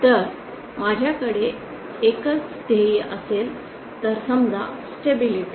जर माझ्याकडे एकच ध्येय असेल तर समजा स्टॅबिलिटी